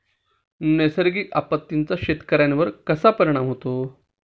नैसर्गिक आपत्तींचा शेतकऱ्यांवर कसा परिणाम होतो?